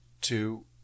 two